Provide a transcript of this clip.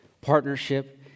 Partnership